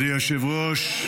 אדוני היושב-ראש,